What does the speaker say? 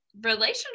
relationship